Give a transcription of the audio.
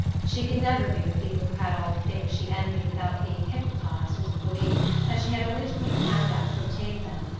she could never be with people who had all the things she envied without being hypnotized into the belief that she had only to put her hand out to obtain them,